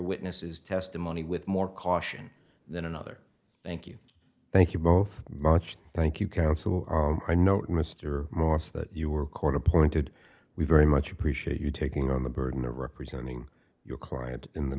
witness's testimony with more caution than another thank you thank you both munched thank you counsel i know mr morse that you were court appointed we very much appreciate you taking on the burden of representing your client in the